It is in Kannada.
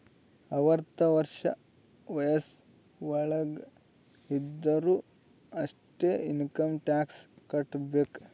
ಅರ್ವತ ವರ್ಷ ವಯಸ್ಸ್ ವಳಾಗ್ ಇದ್ದೊರು ಅಷ್ಟೇ ಇನ್ಕಮ್ ಟ್ಯಾಕ್ಸ್ ಕಟ್ಟಬೇಕ್